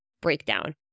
breakdown